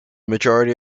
majority